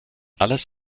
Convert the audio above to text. alles